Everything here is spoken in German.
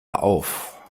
auf